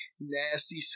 nasty